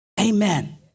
Amen